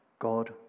God